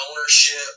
ownership